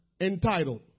entitled